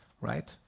right